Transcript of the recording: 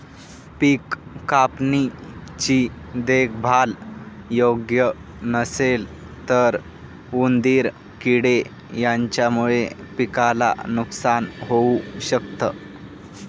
पिक कापणी ची देखभाल योग्य नसेल तर उंदीर किडे यांच्यामुळे पिकाला नुकसान होऊ शकत